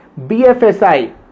BFSI